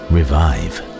Revive